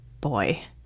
boy